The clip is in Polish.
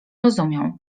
rozumiał